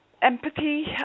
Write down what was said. empathy